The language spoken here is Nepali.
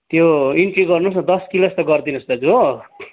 त्यो एन्ट्री गर्नुहोस् न दस किलो जस्तो गरिदिनुहोस् दाजु हो